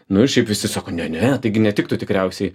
nu ir šiaip visi sako ne ne taigi netiktų tikriausiai